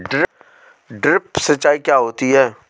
Drip सिंचाई क्या होती हैं?